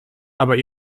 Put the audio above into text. aber